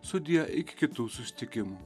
sudie iki kitų susitikimų